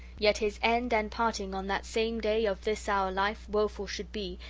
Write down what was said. yet his end and parting on that same day of this our life woful should be,